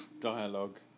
dialogue